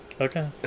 Okay